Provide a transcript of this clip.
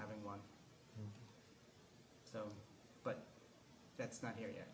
having one so but that's not here